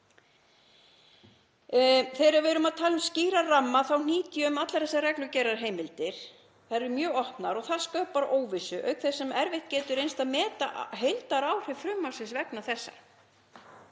Þegar við erum að tala um skýra ramma þá hnýt ég um allar þessar reglugerðarheimildir. Þær eru mjög opnar og það skapar óvissu auk þess sem erfitt getur reynst að meta heildaráhrif frumvarpsins vegna þessa,